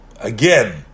again